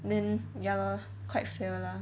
then ya lor quite fail lah